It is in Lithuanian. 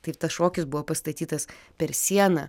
taip tas šokis buvo pastatytas per sieną